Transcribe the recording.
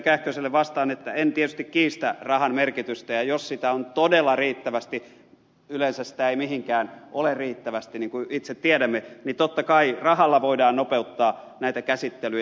kähköselle vastaan että en tietysti kiistä rahan merkitystä ja jos sitä on todella riittävästi yleensä sitä ei mihinkään ole riittävästi niin kuin itse tiedämme niin totta kai rahalla voidaan nopeuttaa näitä käsittelyjä